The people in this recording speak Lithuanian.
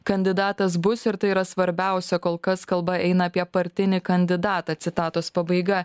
kandidatas bus ir tai yra svarbiausia kol kas kalba eina apie partinį kandidatą citatos pabaiga